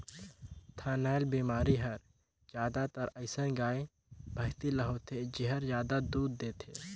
थनैल बेमारी हर जादातर अइसन गाय, भइसी ल होथे जेहर जादा दूद देथे